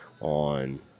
on